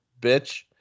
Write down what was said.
bitch